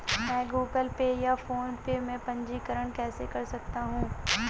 मैं Google Pay या PhonePe में पंजीकरण कैसे कर सकता हूँ?